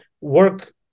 work